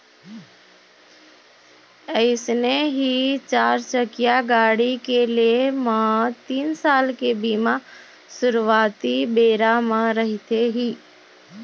अइसने ही चारचकिया गाड़ी के लेय म तीन साल के बीमा सुरुवाती बेरा म रहिथे ही